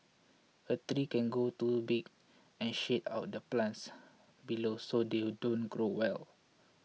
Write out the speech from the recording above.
a three can grow too big and shade out the plants below so they don't grow well